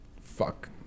fuck